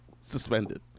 Suspended